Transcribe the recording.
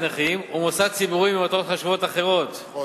נכים ומוסד ציבורי למטרות חשובות אחרות.